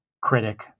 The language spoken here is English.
critic